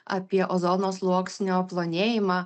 apie ozono sluoksnio plonėjimą